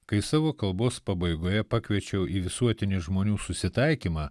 kai savo kalbos pabaigoje pakviečiau į visuotinį žmonių susitaikymą